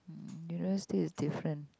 mm is different